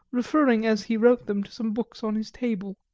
referring as he wrote them to some books on his table.